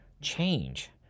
change